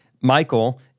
Michael